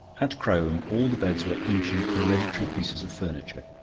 at crome all the beds were ancient hereditary pieces of furniture.